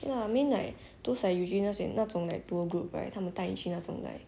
okay lah you I mean like those are usually like 那种 like tour group right 他们带你去那种 like